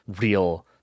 real